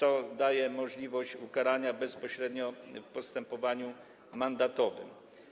To daje możliwość ukarania go bezpośrednio w postępowaniu mandatowym.